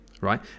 right